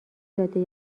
جاده